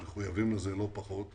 מחויבים לזה לא פחות כמוהם.